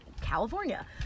California